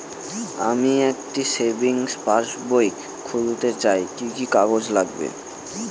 আমি একটি সেভিংস পাসবই খুলতে চাই কি কি কাগজ লাগবে?